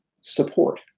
support